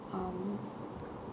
um